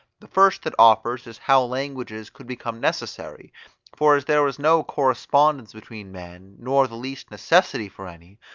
the first that offers is how languages could become necessary for as there was no correspondence between men, nor the least necessity for any,